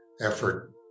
effort